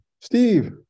steve